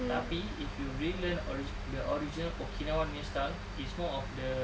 tapi if you really learn the original okinawan punya style it's more of the